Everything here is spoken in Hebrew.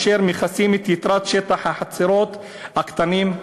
אשר מכסים את יתרת שטח החצרות הקטנות.